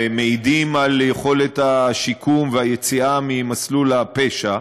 ומעידים על יכולת השיקום והיציאה ממסלול הפשע,